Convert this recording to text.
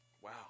Wow